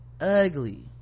ugly